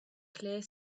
clear